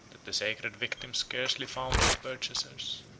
that the sacred victims scarcely found any purchasers,